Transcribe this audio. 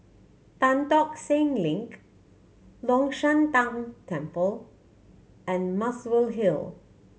Tan Tock Seng Link Long Shan Tang Temple and Muswell Hill